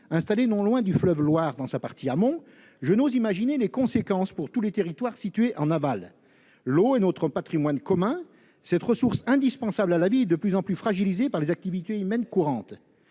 installée non loin du fleuve Loire dans sa partie amont, je n'ose imaginer les conséquences pour tous les territoires situés en aval ! L'eau est notre patrimoine commun. Cette ressource indispensable à la vie est de plus en plus fragilisée par les activités humaines courantes.